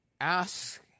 ask